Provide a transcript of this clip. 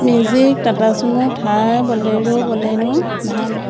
magic টাটাচুমু থাৰ বলেৰু বলেনো ভান